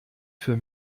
für